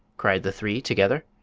cried the three, together.